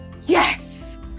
yes